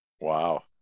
wow